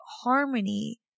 harmony